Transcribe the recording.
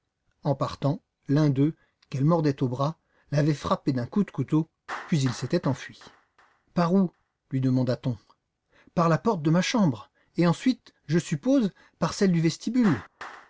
en partant l'un d'eux qu'elle mordait au bras l'avait frappée d'un coup de couteau puis ils s'étaient enfuis par où lui demanda-t-on par la porte de ma chambre et ensuite je suppose par celle du vestibule